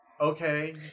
okay